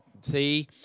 see